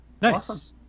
nice